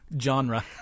genre